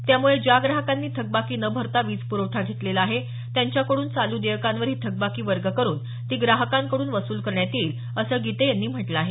त्यामुळे ज्या ग्राहकांनी थकबाकी न भरता वीज प्रवठा घेतलेला आहे त्यांच्याकडून चालू देयकांवर ही थकबाकी वर्ग करून ती ग्राहकांकडून वसूल करण्यात येईल असं गिते यांनी म्हटलं आहे